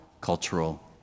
cultural